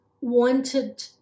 wanted